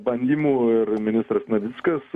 bandymų ir ministras navickas